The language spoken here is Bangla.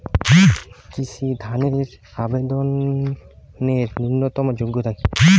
কৃষি ধনের আবেদনের ন্যূনতম যোগ্যতা কী?